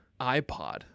iPod